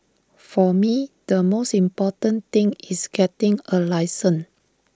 for me the most important thing is getting A license